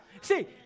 See